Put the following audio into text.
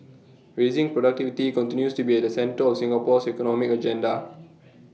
raising productivity continues to be at the centre of Singapore's economic agenda